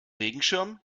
regenschirm